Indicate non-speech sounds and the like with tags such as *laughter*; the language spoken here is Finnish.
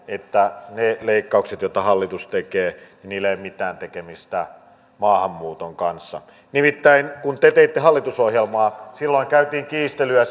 että niillä leikkauksilla joita hallitus tekee ei ole mitään tekemistä maahanmuuton kanssa nimittäin silloin kun te teitte hallitusohjelmaa käytiin kiistelyä *unintelligible*